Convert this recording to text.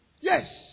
Yes